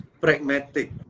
pragmatic